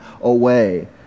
away